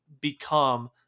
become